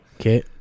Okay